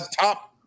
top